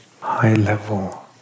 High-level